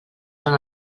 són